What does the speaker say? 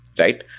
right?